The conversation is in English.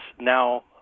now